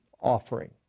offering